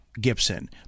Gibson